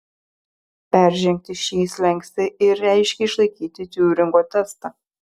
peržengti šį slenkstį ir reiškė išlaikyti tiuringo testą